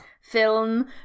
film